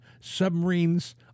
submarines